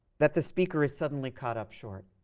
that the speaker is suddenly caught up short.